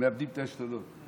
מאבדים את העשתונות.